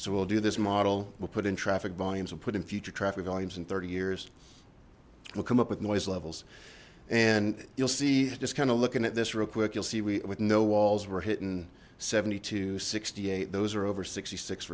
so we'll do this model we'll put in traffic volumes and put in future traffic volumes in thirty years we'll come up with noise levels and you'll see just kind of looking at this real quick you'll see we with no walls we're hitting seventy two sixty eight those are over sixty six